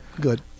Good